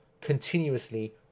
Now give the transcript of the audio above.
continuously